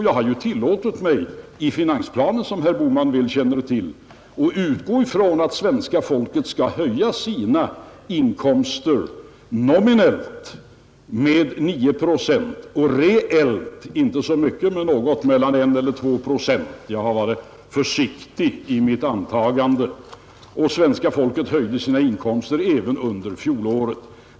Jag har tillåtit mig att i finansplanen, som herr Bohman känner till, utgå från att svenska folket skall höja sina inkomster nominellt med 9 procent och reellt med mellan 1 och 2 procent — jag har varit försiktig i mitt antagande. Svenska folket höjde sina inkomster även under fjolåret.